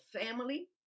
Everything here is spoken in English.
family